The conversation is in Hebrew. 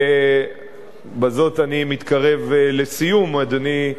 ובזאת אני מתקרב לסיום, אדוני היושב-ראש,